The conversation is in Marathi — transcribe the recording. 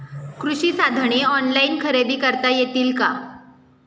कृषी साधने ऑनलाइन खरेदी करता येतील का?